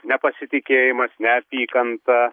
nepasitikėjimas neapykanta